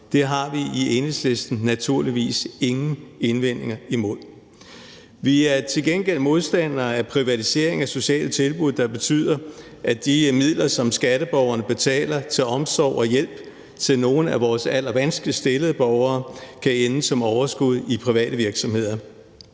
Det har vi i Enhedslisten naturligvis ingen indvendinger imod. Vi er til gengæld modstandere af privatisering af sociale tilbud, der betyder, at de midler, som skatteborgerne betaler til omsorg og hjælp til nogle af vores allervanskeligst stillede borgere, kan ende som overskud i private virksomheder,